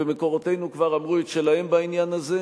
ומקורותינו כבר אמרו את שלהם בעניין הזה,